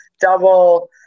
double